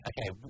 Okay